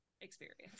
experience